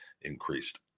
increased